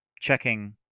checking